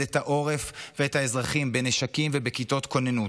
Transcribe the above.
את העורף ואת האזרחים בנשקים ובכיתות כוננות.